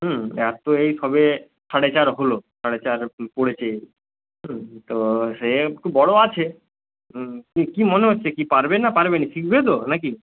হুম এর তো এই সবে সাড়ে চার হলো সাড়ে চার পড়েছে তো সে একটু বড় আছে কী কী মনে হচ্ছে কী পারবে না পারবে না শিখবে তো না কি